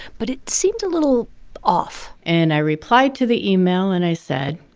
but it seemed a little off and i replied to the email. and i said,